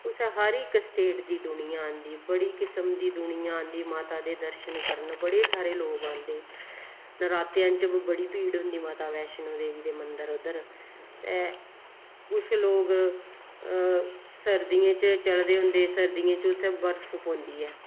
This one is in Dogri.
उत्थें हर इक स्टेट दी दुनियां आंदी बड़ी किसम दी दुनियां आंदी माता दे दर्शन करन बड़े सारे लोक आंदे नरातेआं च बड़ी भीड़ होंदी माता बैष्णो देवी दे मन्दर उद्धर ते कुछ लोक सर्दियें च चलदे होंदे सर्दियें च उत्थें बर्फ पौंदी ऐ